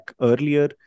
earlier